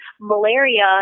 Malaria